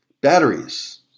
Batteries